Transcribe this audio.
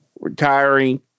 retiring